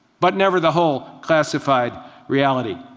but never the whole classified reality.